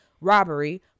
robbery